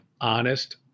honest